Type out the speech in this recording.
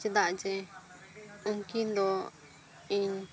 ᱪᱮᱫᱟᱜ ᱡᱮ ᱩᱱᱠᱤᱱ ᱫᱚ ᱤᱧ